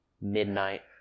midnight